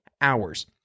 hours